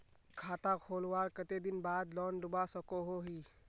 खाता खोलवार कते दिन बाद लोन लुबा सकोहो ही?